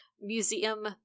museum